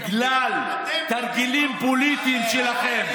בגלל תרגילים פוליטיים שלכם.